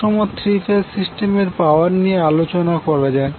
সুষম three phase সিস্টেমের power নিয়ে আলোচনা করা যাক